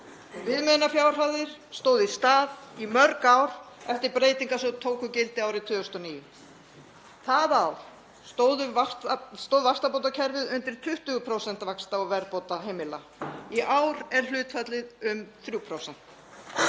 Viðmiðunarfjárhæðir stóðu í stað í mörg ár eftir breytingar sem tóku gildi árið 2009. Það ár stóð vaxtabótakerfið undir 20% vaxta og verðbóta heimila. Í ár er hlutfallið um 3%.